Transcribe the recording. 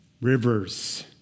Rivers